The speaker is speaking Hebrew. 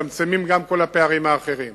מצטמצמים גם כל הפערים האחרים,